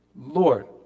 Lord